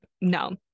no